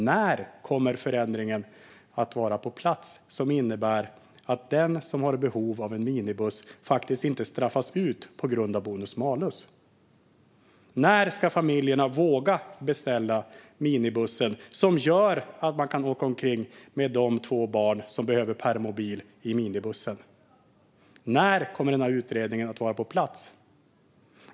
När kommer den förändring att vara på plats som innebär att den som har behov av en minibuss inte straffas ut på grund av bonus malus? När ska familjerna våga beställa en minibuss som gör att man kan åka omkring med de två barn som behöver permobil i minibussen? När kommer utredningen att vara på plats?